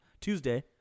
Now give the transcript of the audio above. Tuesday